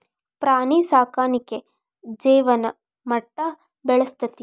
ಪ್ರಾಣಿ ಸಾಕಾಣಿಕೆ ಜೇವನ ಮಟ್ಟಾ ಬೆಳಸ್ತತಿ